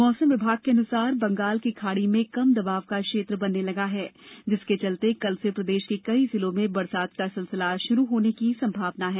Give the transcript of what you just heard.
मौसम विभाग के मुताबिक बंगाल की खाड़ी में कम दबाव का क्षेत्र बनने लगा है जिसके चलते कल से प्रदेश के कई जिलों में बरसात का सिलसिला शुरू होने की संभावना है